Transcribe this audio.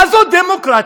מה זאת דמוקרטיה?